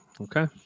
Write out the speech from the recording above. okay